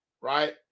right